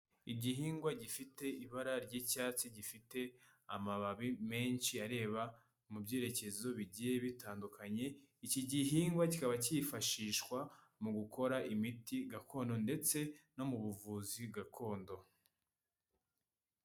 Igihingwa gifite ibara ry'icyatsi, gifite amababi menshi areba mu byerekezo bigiye bitandukanye. Iki gihingwa kikaba cyifashishwa mu gukora imiti gakondo ndetse no mu buvuzi gakondo.